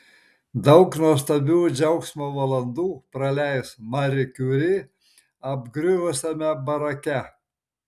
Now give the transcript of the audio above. daug nuostabių džiaugsmo valandų praleis mari kiuri apgriuvusiame barake